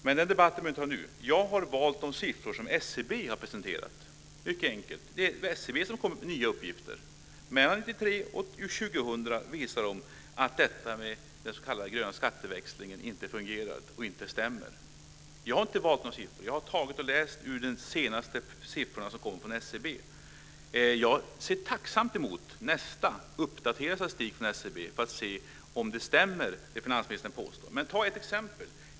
Men den debatten behöver vi inte föra nu. Jag har valt de siffror som SCB har presenterat. Det är mycket enkelt. SCB har kommit med nya uppgifter. Mellan 1993 och 2000 visar SCB att den s.k. gröna skatteväxlingen inte fungerar och inte stämmer. Jag har inte valt några siffror - jag har läst de senaste siffrorna som kommer från SCB. Jag ser tacksamt fram emot nästa uppdaterade statistik från SCB för att se om det som finansministern påstår stämmer. Jag kan ta ett exempel.